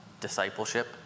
discipleship